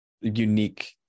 unique